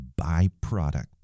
byproduct